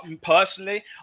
personally